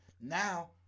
Now